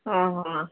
ହଁ ହଁ